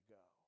go